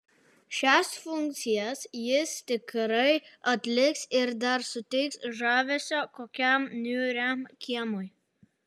šias funkcijas jis tikrai atliks ir dar suteiks žavesio kokiam niūriam kiemui